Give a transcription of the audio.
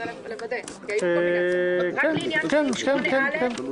רק לעניין סעיף 8(א),